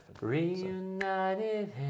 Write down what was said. Reunited